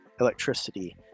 electricity